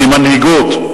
כמנהיגות.